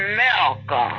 America